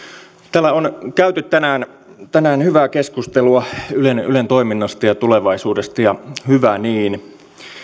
täällä on käyty tänään tänään hyvää keskustelua ylen ylen toiminnasta ja tulevaisuudesta ja hyvä niin